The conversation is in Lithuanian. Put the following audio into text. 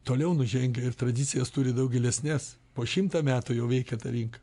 toliau nužengia ir tradicijos turi daug gilesnes po šimtą metų jau veikia ta rinka